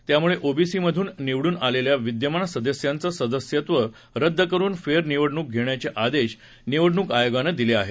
त्यामुळे ओबीसी मधून निवडून आलेल्या विद्यमान सदस्यांचं सदस्यत्व रद्द करून फेर निवडणूक घेण्याचे आदेश निवडणूक आयोगानं दिले आहेत